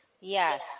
Yes